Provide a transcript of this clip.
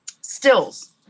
stills